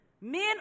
men